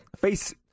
face